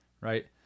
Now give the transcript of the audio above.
right